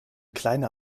kleiner